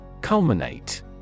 Culminate